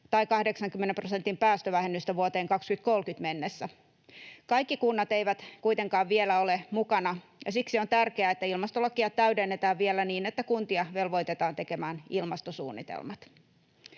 tai 80 prosentin päästövähennystä vuoteen 2030 mennessä. Kaikki kunnat eivät kuitenkaan vielä ole mukana, ja siksi on tärkeää, että ilmastolakia täydennetään vielä niin, että kuntia velvoitetaan tekemään ilmastosuunnitelmat.